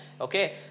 okay